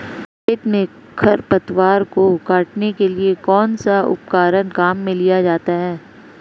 खेत में खरपतवार को काटने के लिए कौनसा उपकरण काम में लिया जाता है?